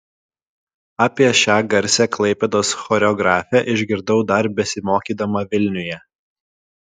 apie šią garsią klaipėdos choreografę išgirdau dar besimokydama vilniuje